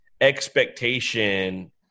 expectation